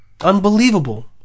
Unbelievable